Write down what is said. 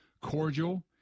cordial